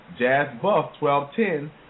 jazzbuff1210